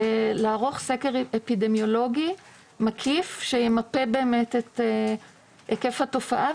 לערוך סקר אפידמיולוגי מקיף שימפה באמת את היקף התופעה,